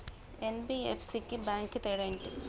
NBFC కి bank కి తేడా ఏంటి?